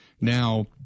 Now